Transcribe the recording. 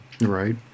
Right